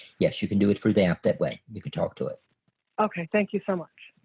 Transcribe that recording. yes you can do it through the app that way you can talk to it okay. thank you so much.